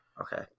okay